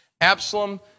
Absalom